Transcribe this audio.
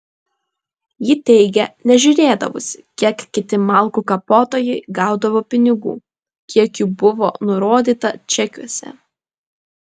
ji teigė nežiūrėdavusi kiek kiti malkų kapotojai gaudavo pinigų kiek jų buvo nurodyta čekiuose